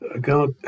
God